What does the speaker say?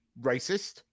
racist